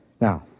Now